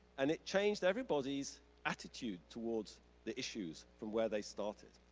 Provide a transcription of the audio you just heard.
and it changed everybody's attitude towards the issues from where they started,